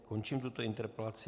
Končím tuto interpelaci.